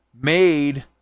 made